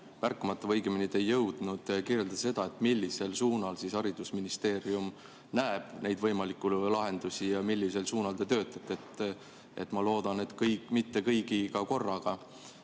märkamata või õigemini te ei jõudnud kirjeldada seda, millisel suunal siis haridusministeerium näeb neid võimalikke lahendusi, millisel suunal te töötate. Ma loodan, et mitte kõigiga korraga.